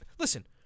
Listen